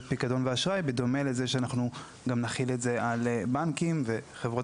פיקדון ואשראי בדומה לזה שאנחנו גם נחיל את זה על בנקים וחברות